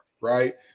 right